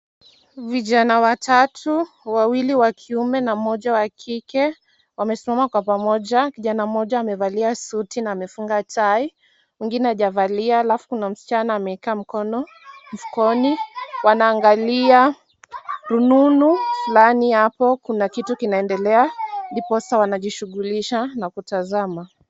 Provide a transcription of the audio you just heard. Vijana watatu, wawili wakiwa wakiume na mmoja wa kike wamesimama kwa pamoja. Kijana mmoja amevalia suti na amefunga tai mwingine hajavalia alafu kuna msichana ameeka mkono mfukoni wanaangalia rununu fulani hapo. Kuna kitu kinaendelea ndiposa wanaji shughulisha na kutazama.